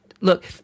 Look